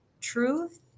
truth